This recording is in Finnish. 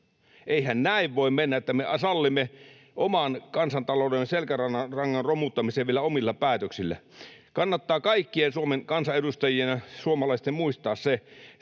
Eihän näin voi mennä, että me sallimme oman kansantaloutemme selkärangan romuttamisen vielä omilla päätöksillä. Kannattaa kaikkien Suomen kansanedustajien ja suomalaisten muistaa se,